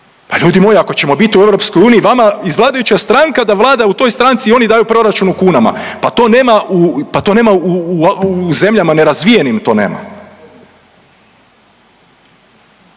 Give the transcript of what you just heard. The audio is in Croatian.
Pa ljudi moji ako ćemo bit u EU vama i vladajuća stranka da vlada u toj stranci i oni daju proračun u kunama, pa to nema u, pa to nema u, u zemljama nerazvijenim